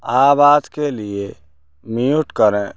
आवाज़ के लिए म्यूट करें